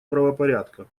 правопорядка